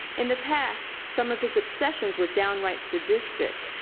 in the past, some of his obsessions were downright sadistic.